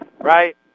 Right